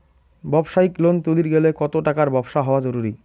ব্যবসায়িক লোন তুলির গেলে কতো টাকার ব্যবসা হওয়া জরুরি?